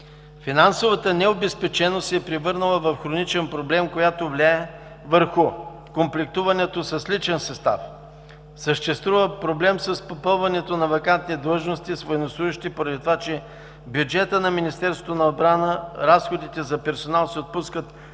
Финансовата необезпеченост се е превърнала в хроничен проблем, която влияе върху комплектоването с личен състав. Съществува проблем с попълването на вакантни длъжности с военнослужещи, поради това че в бюджета на Министерството на отбраната разходите за персонал се отпускат